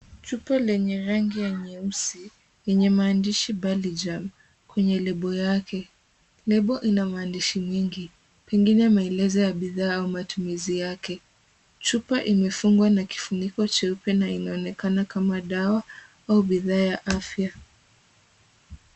Chupa lenye rangi ya nyeusi lenye maandishi Balijaam kwenye lebo yake. Lebo ina maandishi nyingi, pengine maelezo ya bidhaa au matumizi yake. Chupa imefungwa na kifuniko cheupe na inaonekana kama dawa au bidhaa ya afya.